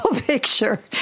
picture